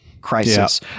Crisis